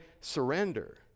surrender